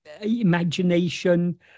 imagination